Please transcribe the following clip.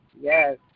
Yes